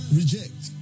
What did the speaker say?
reject